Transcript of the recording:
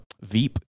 Veep